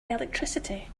electricity